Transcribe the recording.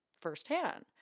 firsthand